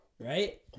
Right